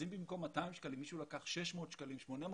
אם במקום 200 שקלים מישהו לקח 600 שקלים או 800 שקלים,